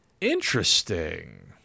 Interesting